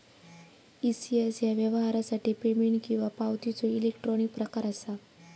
ECS ह्या व्यवहारासाठी payment किंवा पावतीचो इलेक्ट्रॉनिक प्रकार असा